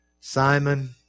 Simon